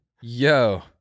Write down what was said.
Yo